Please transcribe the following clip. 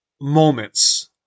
moments